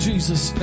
Jesus